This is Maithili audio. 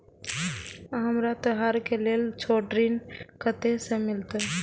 हमरा त्योहार के लेल छोट ऋण कते से मिलते?